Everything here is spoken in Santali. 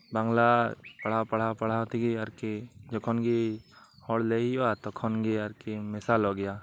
ᱵᱟᱝᱞᱟ ᱯᱟᱲᱦᱟᱣ ᱯᱟᱲᱦᱟᱣ ᱛᱮᱜᱮ ᱟᱨ ᱠᱤ ᱡᱚᱠᱷᱚᱱ ᱜᱮ ᱦᱚᱲ ᱞᱟᱹᱭ ᱦᱩᱭᱩᱜᱼᱟ ᱛᱚᱠᱷᱚᱱ ᱜᱮ ᱟᱨ ᱠᱤ ᱢᱮᱥᱟᱞᱚᱜ ᱜᱮᱭᱟ